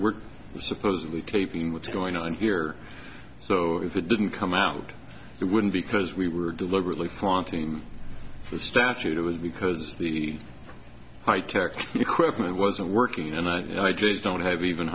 we're supposedly taping what's going on here so if it didn't come out it wouldn't because we were deliberately flaunt the statute it was because the high tech equipment wasn't working and i just don't have even